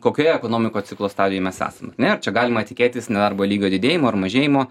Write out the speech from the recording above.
kokioje ekonomikos ciklo stadijoj mes esam na ir čia galima tikėtis nedarbo lygio didėjimo ir mažėjimo